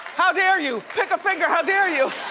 how dare you? pick a finger, how dare you?